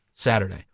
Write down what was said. Saturday